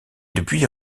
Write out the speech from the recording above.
depuis